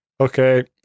okay